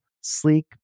sleek